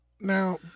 Now